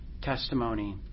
testimony